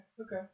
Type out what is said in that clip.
okay